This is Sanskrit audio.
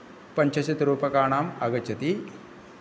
पञ्चशतरूप्यकाणाम् आगच्छति